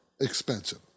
expensive